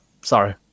sorry